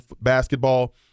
basketball